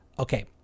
Okay